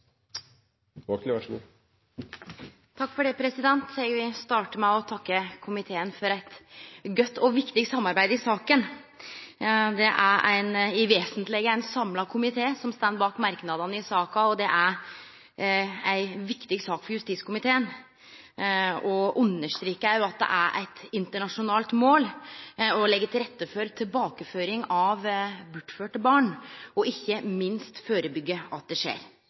i alt vesentleg ein samla komité som står bak merknadene i saka. Det er ei viktig sak for justiskomiteen òg å understreke at det er eit internasjonalt mål å leggje til rette for tilbakeføring av bortførte barn, og ikkje minst førebyggje at det skjer.